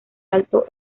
alto